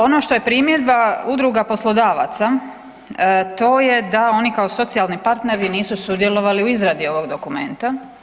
Ono što je primjedba Udruga poslodavaca, to je da oni kao socijalni partneri nisu sudjelovali u izradi ovog dokumenta.